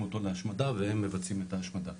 אותו להשמדה והם מבצעים את ההשמדה.